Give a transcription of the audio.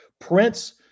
Prince